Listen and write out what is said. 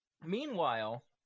Meanwhile